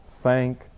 thank